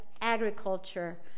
agriculture